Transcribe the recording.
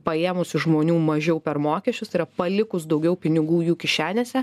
paėmus iš žmonių mažiau per mokesčius tai yra palikus daugiau pinigų jų kišenėse